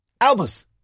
Albus